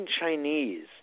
Chinese